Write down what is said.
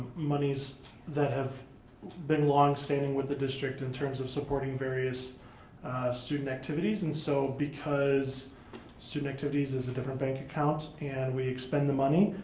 monies that have been long standing with the district in terms of supporting various student activities and so because student activities is a different bank account and we expend the money,